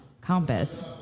Compass